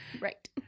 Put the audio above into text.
right